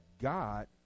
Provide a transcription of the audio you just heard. God